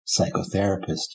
psychotherapist